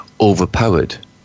overpowered